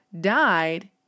died